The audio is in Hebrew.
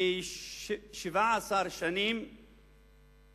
מ-17 שנים